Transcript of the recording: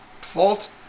fault